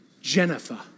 Jennifer